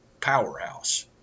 powerhouse